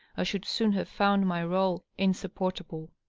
i should soon have found my rdle insupportable.